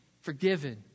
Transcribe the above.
forgiven